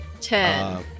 Ten